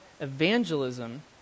evangelism